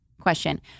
question